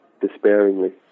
despairingly